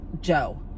Joe